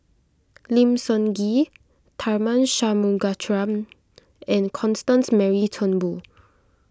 Lim Sun Gee Tharman Shanmugaratnam and Constance Mary Turnbull